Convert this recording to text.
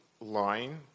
line